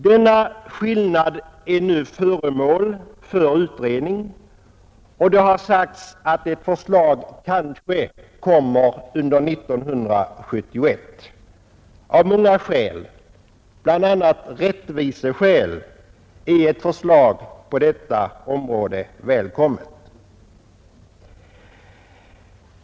Denna skillnad är nu föremål för utredning, och det har sagts att ett förslag kanske kommer under 1971. Av många skäl — bl.a. rättviseskäl — är ett förslag på detta område välkommet.